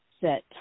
set